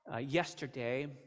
Yesterday